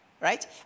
right